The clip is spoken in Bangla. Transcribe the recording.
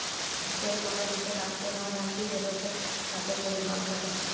সিকেল মালে হছে কাস্তে বা কাঁইচি যেটতে হাতে ক্যরে ধাল ক্যাটে